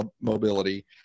mobility